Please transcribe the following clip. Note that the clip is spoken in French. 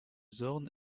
zorn